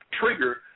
trigger